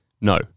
no